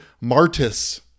martis